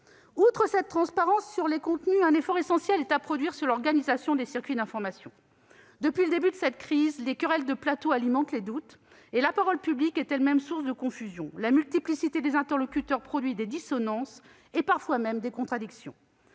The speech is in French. Outre cette transparence sur les contenus, un effort essentiel est à produire sur l'organisation des circuits de l'information. Depuis le début de cette crise, les querelles de plateaux alimentent les doutes ; la parole publique est elle-même source de confusion. La multiplicité des interlocuteurs produit des dissonances, parfois même des contradictions.